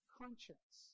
conscience